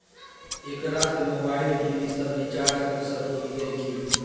एकरा से mobile TV सब रिचार्ज कर सको हियै की?